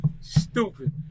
Stupid